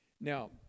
Now